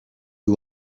you